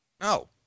No